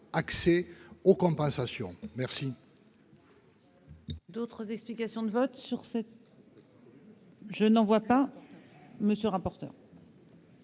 accès aux compensations. La